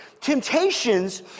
temptations